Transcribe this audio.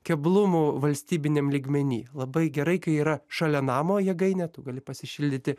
keblumų valstybiniam lygmeny labai gerai kai yra šalia namo jėgainė tu gali pasišildyti